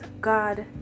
God